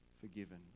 forgiven